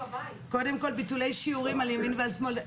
קודם כל, ביטולי שיעורים על ימין ועל שמאל.